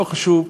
לא חשוב.